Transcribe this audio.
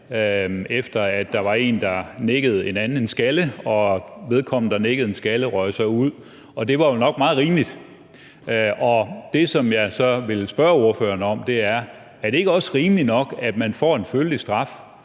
efter at der var en, der nikkede en anden en skalle, og vedkommende, der nikkede en skalle, røg så ud, og det var jo nok meget rimeligt. Og det, som jeg så vil spørge ordføreren om, er: Er det ikke også rimeligt nok, at man får en følelig straf